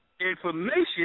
information